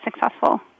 successful